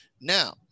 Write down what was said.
Now